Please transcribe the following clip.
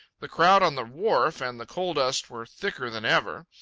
the crowd on the wharf and the coal-dust were thicker than ever.